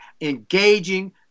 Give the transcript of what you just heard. engaging